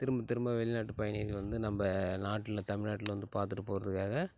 திரும்பத் திரும்ப வெளிநாட்டு பயணிகள் வந்து நம்ம நாட்டில தமிழ்நாட்டில வந்து பார்த்துட்டு போகிறதுக்காக